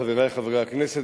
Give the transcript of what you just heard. חברי חברי הכנסת,